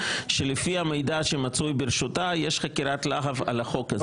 שלפי המידע שמצוי ברשותה יש חקירת להב על החוק הזה.